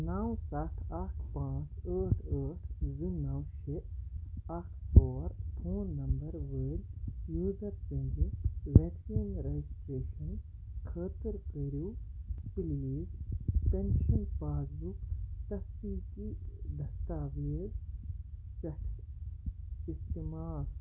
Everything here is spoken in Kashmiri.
نو ستھ اکھ پانٛژھ ٲٹھ ٲٹھ زٕ نو شےٚ اکھ ژور فون نمبر وٲلۍ یوٗزر سٕنٛزِ ویکسیٖن رجسٹریشن خٲطرٕ کٔرِو پٕلیٖز پینشن پاس بُک تصدیٖقی دستاویز پیٹھٕ استعمال